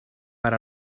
per